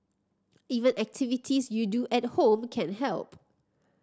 even activities you do at home can help